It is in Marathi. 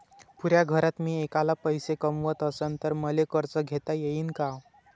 पुऱ्या घरात मी ऐकला पैसे कमवत असन तर मले कर्ज घेता येईन का?